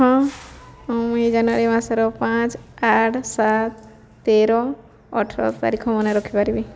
ହଁ ମୁଁ ମୁଇଁ ଜାନୁଆରୀ ମାସର ପାଞ୍ଚ ଆଠ ସାତ ତେର ଅଠର ତାରିଖ ମନେ ରଖିପାରିବି